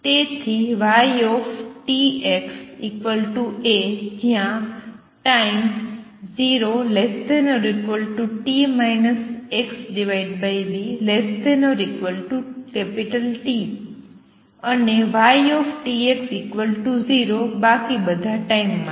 તેથી ytxA જ્યા time 0 ≤ t xv ≤ T અને ytx0 બાકી બધા ટાઈમ માટે